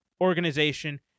organization